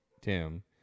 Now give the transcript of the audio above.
Tim